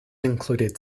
included